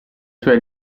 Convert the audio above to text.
suoi